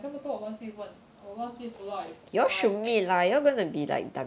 我讲这么多我忘记问我忘记 follow up with Y_X